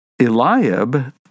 Eliab